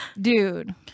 dude